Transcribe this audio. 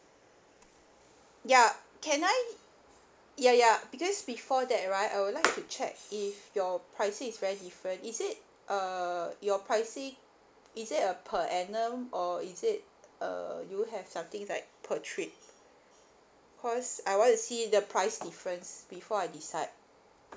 ya can I ya ya because before that right I would like to check if your pricing is very different is it err your pricing is it a per annum or is it uh you have something like per trip cause I want to see the price difference before I decide